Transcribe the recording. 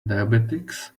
diabetics